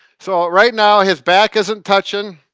so right now, his back isn't touching.